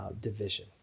division